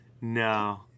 no